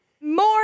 More